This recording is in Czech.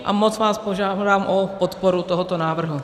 A moc vás žádám o podporu tohoto návrhu.